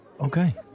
Okay